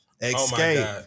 Escape